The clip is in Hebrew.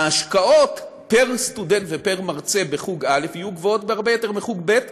ההשקעות פר-סטודנט ופר-מרצה בחוג א' יהיו גבוהות הרבה יותר מבחוג ב',